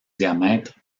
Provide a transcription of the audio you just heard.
diamètre